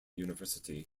university